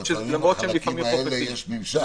לפעמים לחלקים האלה יש ממשק.